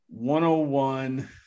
101